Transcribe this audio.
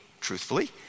truthfully